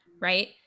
right